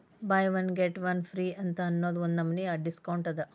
by one get one free ಅಂತ್ ಅನ್ನೂದು ಒಂದ್ ನಮನಿ ಡಿಸ್ಕೌಂಟ್ ಅದ